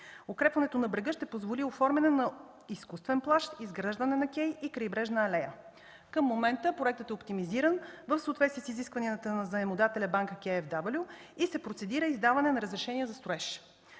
Укрепването на брега ще позволи оформяне на изкуствен плаж, изграждане на кей и крайбрежна алея. Към момента проектът е оптимизиран в съответствие с изискванията на заемодателя „Банка KFW” и се процедира издаване на разрешение за строеж.